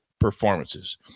performances